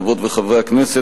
חברות וחברי הכנסת,